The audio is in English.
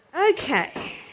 Okay